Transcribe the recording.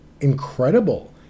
Incredible